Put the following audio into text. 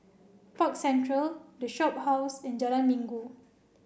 Park Central The Shophouse and Jalan Minggu